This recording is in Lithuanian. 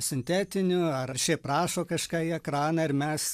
sintetiniu ar šiaip rašo kažką į ekraną ir mes